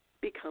become